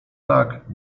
tak